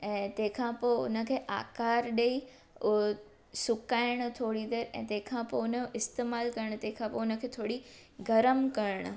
ऐं तंहिंखां पोइ उनखे आकार ॾेई ओ सुकाइण थोरी देर ऐं तंहिंखां पोइ उनजो इस्तेमालु करणु तंहिंखां पोइ उनखे थोरी गरम करणु